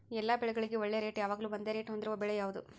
ಎಲ್ಲ ಬೆಳೆಗಳಿಗೆ ಒಳ್ಳೆ ರೇಟ್ ಯಾವಾಗ್ಲೂ ಒಂದೇ ರೇಟ್ ಹೊಂದಿರುವ ಬೆಳೆ ಯಾವುದು?